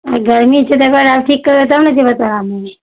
गरमी छै तऽ एकर आब ठीक करबै तब ने जएबै तोहरामे